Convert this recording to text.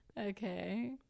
okay